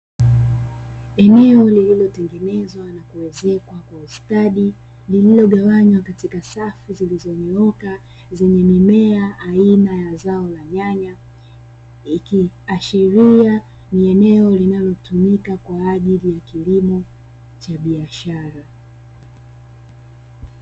Eneo lililotengenezwa na kuwezekwa kwa ustadi, lililogawanywa katika safu zilizonyooka, zenye mimea aina ya zao la nyanya, ikiashiria ni eneo linalotumika kwa ajili ya kilimo cha biashara.